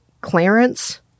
Clarence